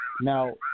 Now